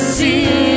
see